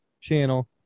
channel